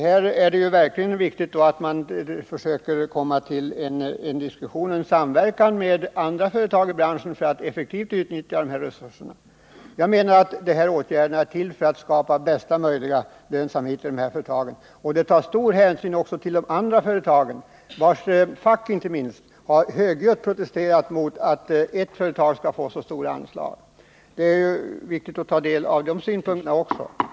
Det är verkligen viktigt att försöka komma till en diskussion och en samverkan med andra företag i branschen för att effektivt utnyttja resurserna. Jag menar att de här åtgärderna är till för att skapa mesta möjliga lönsamhet hos företagen. Det tas också stor hänsyn till de andra företagen, vilkas fack inte minst högljutt har protesterat mot att ett företag skall få så stora anslag. Det är viktigt att beakta de synpunkterna också.